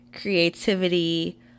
creativity